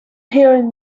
hearing